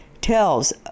tells